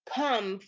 come